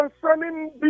concerning